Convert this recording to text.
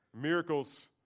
Miracles